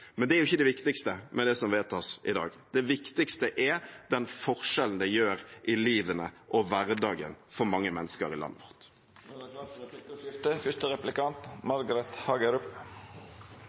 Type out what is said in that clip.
Men det er jo ikke det viktigste med det som vedtas i dag. Det viktigste er den forskjellen det gjør i livet og hverdagen for mange mennesker i landet. Det vert replikkordskifte. SV er